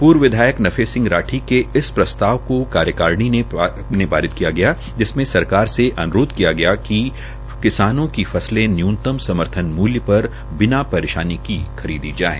पूर्व विधायक नफे सिंह राकी के इस प्रस्ताव को कार्यकारी ने पारित किया गया जिसमें सरकार से अनुरोध किया गया कि किसानों की फसले न्यूनतम समर्थन मुल्य प बिना परेशानी से खरीदी जाये